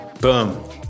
boom